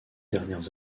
dernières